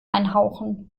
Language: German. einhauchen